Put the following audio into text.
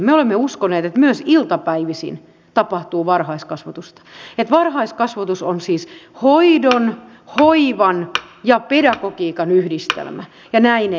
me olemme uskoneet että myös iltapäivisin tapahtuu varhaiskasvatusta että varhaiskasvatus on siis hoidon hoivan ja pedagogiikan yhdistelmä ja näin ei nyt tapahdu